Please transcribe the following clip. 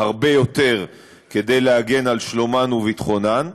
הרבה יותר כדי להגן על שלומן וביטחונן,